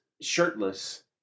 shirtless